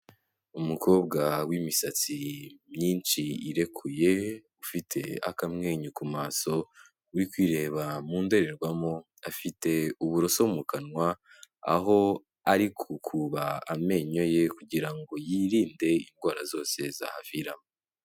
Umukobwa w'imisatsi myinshi irekuye, ufite akamwenyu ku maso uri kwireba mu ndorerwamo afite uburoso mu kanwa aho ari gukuba amenyo ye kugira ngo yirinde indwara zose zahaviramo.